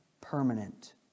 permanent